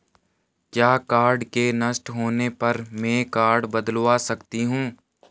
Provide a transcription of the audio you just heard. क्या कार्ड के नष्ट होने पर में कार्ड बदलवा सकती हूँ?